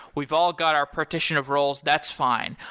we've all got our partition of roles. that's fine.